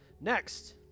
Next